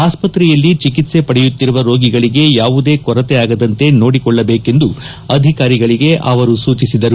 ಆಸ್ತತ್ರೆಯಲ್ಲಿ ಚಿಕಿತ್ಸೆ ಪಡೆಯುತ್ತಿರುವ ರೋಗಿಗಳಿಗೆ ಯಾವುದೇ ಕೊರತೆ ಆಗದಂತೆ ನೋಡಿಕೊಳ್ಳಬೇಕೆಂದು ಅಧಿಕಾರಿಗಳಿಗೆ ಅವರು ಸೂಚಿಸಿದರು